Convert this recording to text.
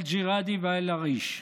אל-ג'יראדי ואל-עריש.